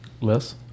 Less